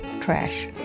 trash